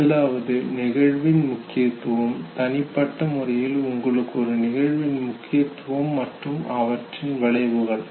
முதலாவது நிகழ்வின் முக்கியத்துவம் தனிப்பட்ட முறையில் உங்களுக்கு ஒரு நிகழ்வின் முக்கியத்துவம் மற்றும் அவற்றின் விளைவுகள்